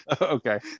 okay